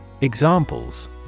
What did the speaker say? Examples